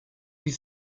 you